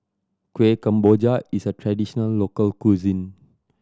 Kueh Kemboja is a traditional local cuisine